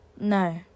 No